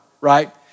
right